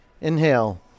inhale